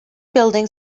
building